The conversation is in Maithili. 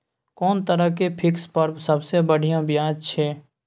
कोन तरह के फिक्स पर सबसे बढ़िया ब्याज छै?